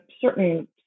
certain